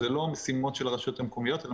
לא משימות של הרשויות המקומיות אלא